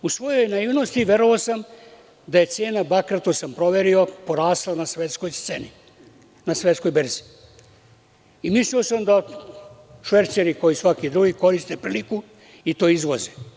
U svojoj naivnosti verovao sam da je cena bakra i to sam proverio, porasla na svetskoj berzi i mislio da šverceri, kao i svaki drugi, koriste priliku i to izvoze.